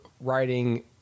writing